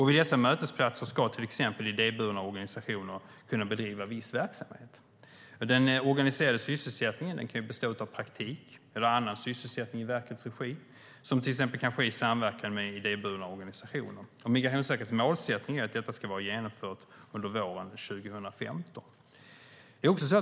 Vid dessa mötesplatser ska till exempel idéburna organisationer kunna bedriva viss verksamhet. Den organiserade sysselsättningen kan bestå av praktik eller annan sysselsättning i verkets regi som till exempel kan ske i samverkan med idéburna organisationer. Migrationsverkets målsättning är att detta ska vara genomfört under våren 2015.